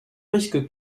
risque